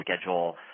schedule